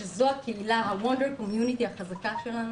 שזו הקהילה, ה-wonder community החזקה שלנו